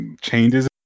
changes